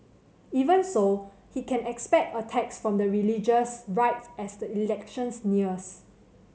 even so he can expect attacks from the religious right as the elections nears